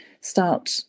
start